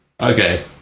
Okay